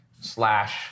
slash